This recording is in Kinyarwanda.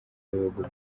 w’ibihugu